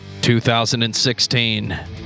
2016